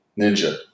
Ninja